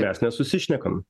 mes nesusišnekam